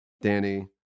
Danny